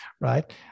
right